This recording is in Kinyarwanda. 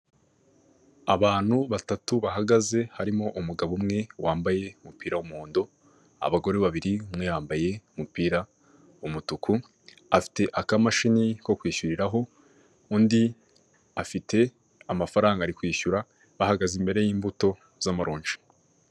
Abantu batatu bahagaze harimo umugabo umwe wambaye umupira w'umuhondo abagore babiri, umwe yambaye umupira w'umutuku afite akamashini ko kwishyuriraho, undi afite amafaranga ari kwishyura, bahagaze imbere y'imbuto z'amarunji.